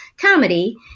comedy